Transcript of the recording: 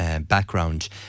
background